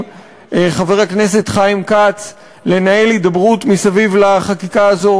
חבר הכנסת חיים כץ לנהל הידברות סביב החקיקה הזאת.